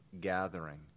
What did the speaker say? gathering